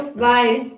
bye